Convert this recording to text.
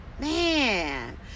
man